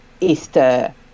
Easter